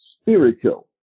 spiritual